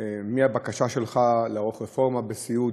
מהבקשה שלך לערוך רפורמה בסיעוד,